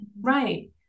right